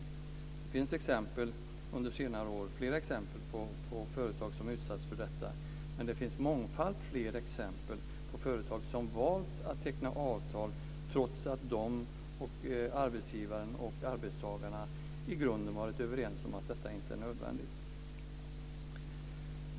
Det finns under senare år flera exempel på att företag utsatts för detta. Det finns dessutom mångfaldigt fler exempel på företag som valt att teckna avtal trots att arbetsgivaren och arbetstagarna i grunden varit överens om att det inte varit nödvändigt.